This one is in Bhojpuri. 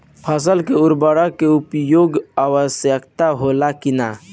फसल में उर्वरक के उपयोग आवश्यक होला कि न?